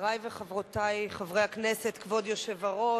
כבוד היושב-ראש,